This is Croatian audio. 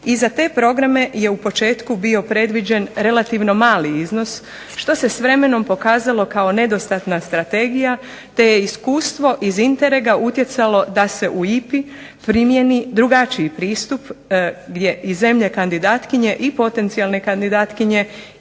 I za te programe je u početku bio predviđen relativno mali iznos, što se s vremenom pokazalo kao nedostatna strategija, te je iskustvo iz Interega utjecalo da se u IPA-i primijeni drugačiji pristup, gdje i zemlje kandidatkinje i potencijalne kandidatkinje